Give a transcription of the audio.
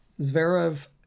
Zverev